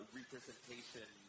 representation